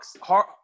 hard